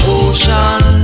ocean